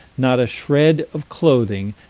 not a shred of clothing,